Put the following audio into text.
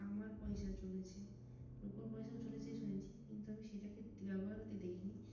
তামার পয়সা চলেছে রূপোর পয়সাও চলছে শুনেছি কিন্তু আমি সেটাকে ব্যবহার হতে দেখি নি